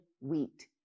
wheat